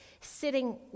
sitting